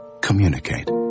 Communicate